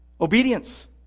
Obedience